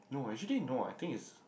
no actually no I think is